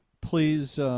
please